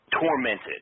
tormented